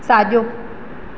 साॼो